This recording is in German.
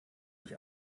sich